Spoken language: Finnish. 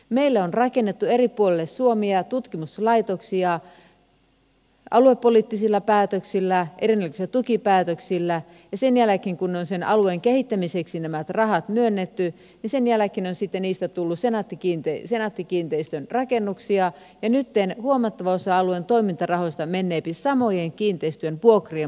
meille on rakennettu eri puolelle suomea tutkimuslaitoksia aluepoliittisilla päätöksillä erilaisilla tukipäätöksillä ja sen jälkeen kun sen alueen kehittämiseksi nämä rahat on myönnetty tutkimuslaitoksista on tullut senaatti kiinteistöjen rakennuksia ja nyt huomattava osa alueen toimintarahoista menee samojen kiinteistöjen vuokrien maksamiseen